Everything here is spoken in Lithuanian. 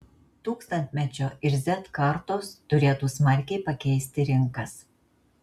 tūkstantmečio ir z kartos turėtų smarkiai pakeisti rinkas